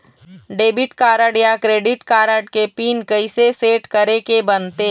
Debit card या credit card के PIN कइसे सेट करे के बनते?